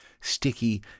Sticky